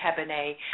Cabernet